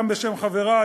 גם בשם חברי,